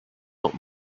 not